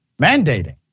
mandating